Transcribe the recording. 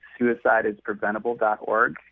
suicideispreventable.org